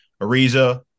Ariza